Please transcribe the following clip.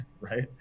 right